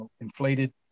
inflated